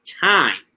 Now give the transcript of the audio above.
time